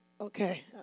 Okay